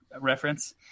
reference